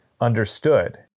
understood